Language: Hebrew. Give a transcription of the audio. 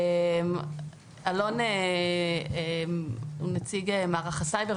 אלון הוא נציג מערך הסייבר,